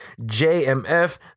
JMF